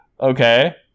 Okay